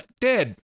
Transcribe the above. dead